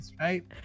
right